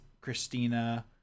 Christina